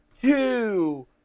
two